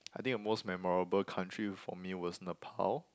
I think the most memorable country for me was Nepal